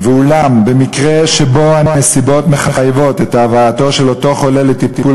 "ואולם במקרה שבו הנסיבות מחייבות את הבאתו של אותו חולה לטיפול